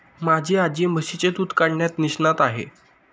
माझी आजी म्हशीचे दूध काढण्यात निष्णात आहे